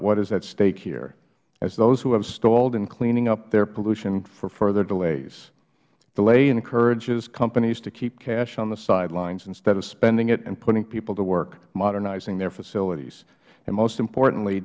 what is at stake here as those who have stalled in cleaning up their pollution for further delays delay encourages companies to keep cash on the sidelines instead of spending it and putting people to work modernizing their facilities and most importantly